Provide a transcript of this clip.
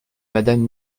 madame